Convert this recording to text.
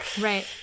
right